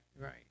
right